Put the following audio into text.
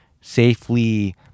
safely